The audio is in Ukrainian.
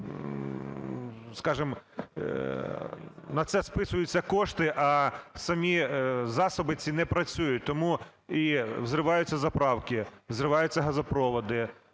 скажімо, на це списуються кошти, а самі засоби ці не працюють, тому і взриваються заправки, взриваються газопроводи